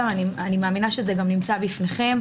אני מאמינה שזה גם נמצא בפניכם.